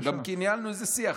גם כי ניהלנו שיח.